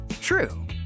True